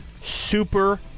Super